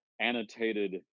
annotated